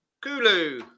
Kulu